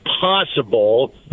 possible